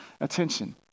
attention